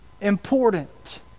important